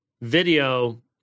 video